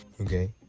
okay